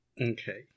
okay